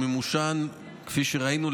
וכפי שראינו,